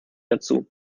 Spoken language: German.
dazu